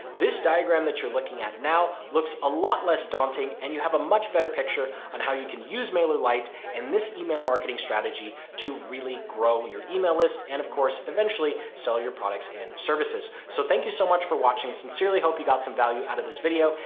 this diagram that you're looking at now looks a lot less daunting and you have a much better picture on how you can use mailer lite and this email marketing strategy to really grow your email list and of course eventually sell your products and services. so thank you so much for watching. sincerely hope you got some value out of this video.